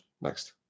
Next